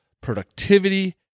Productivity